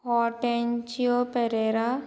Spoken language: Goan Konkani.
हॉटँच्यो पेरेरा